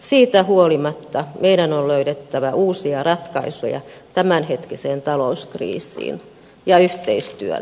siitä huolimatta meidän on löydettävä uusia ratkaisuja tämänhetkiseen talouskriisiin ja yhteistyöllä